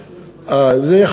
בלילה.